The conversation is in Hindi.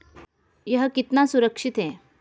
यह कितना सुरक्षित है?